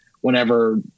whenever